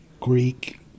Greek